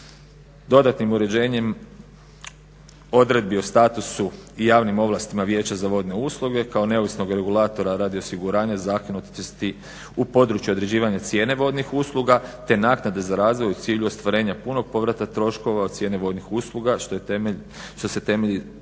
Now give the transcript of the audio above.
Dodatnim uređenjem odredbi o statusu i javnim ovlastima Vijeća za vodne usluge kao neovisnog regulatora radi osiguranja …/Govornik se ne razumije./… u području određivanja cijene vodnih usluga, te naknade za razvoj u cilju ostvarenja punog povrata troškova cijene vodnih usluga što je temelj,